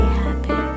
happy